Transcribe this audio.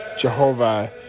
Jehovah